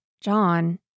John